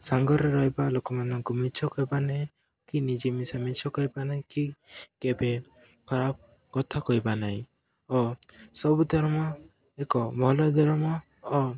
ସାଙ୍ଗରେ ରହିବା ଲୋକମାନଙ୍କୁ ମିଛ କହିବା ନାହିଁ କି ନିଜେ ମିଶା ମିଛ କହିବା ନାହିଁ କି କେବେ ଖରାପ କଥା କହିବା ନାହିଁ ଓ ସବୁ ଧର୍ମ ଏକ ଭଲ ଧର୍ମ ଓ